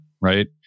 right